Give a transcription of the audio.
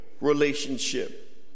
relationship